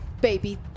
baby